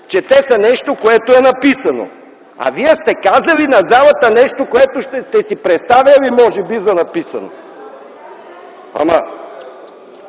чете се нещо, което е написано. А Вие сте казали на залата нещо, което сте си представили може би за написано. (Шум